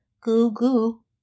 Goo-goo